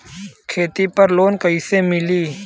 खेती पर लोन कईसे मिली?